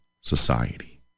society